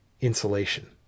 insulation